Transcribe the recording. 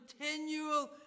continual